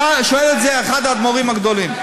שואל את זה אחד האדמו"רים הגדולים.